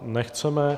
Nechceme.